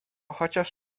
chociaż